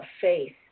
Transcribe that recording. faith